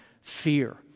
fear